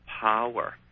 power